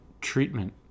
treatment